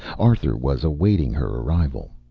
arthur was awaiting her arrival.